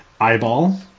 Eyeball